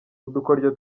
udukoryo